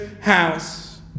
house